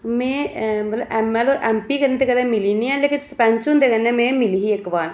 में मतलब ऐम्मऐल्लए ते ऐम्मपी कन्नै कदें मिली निं ऐ लेकिन सरपैंच हुंदे कन्नै में मिली ही इक बार